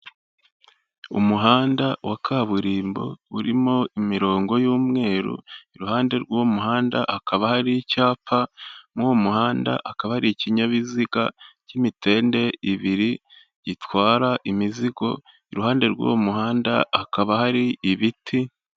Umuhanda wa kaburimbo urimo imirongo y'umweru iruhande rw'umuhanda akaba hari icyapa, mu uwo muhanda akaba ari ikinyabiziga cy'imitende ibiri gitwara imizigo iruhande rw'uwo muhanda hakaba hari ibiti.